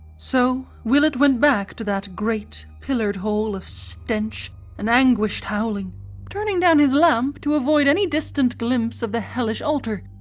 so willett went back to that great pillared hall of stench and anguished howling turning down his lamp to avoid any distant glimpse of the hellish altar,